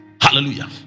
Hallelujah